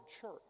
church